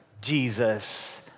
Jesus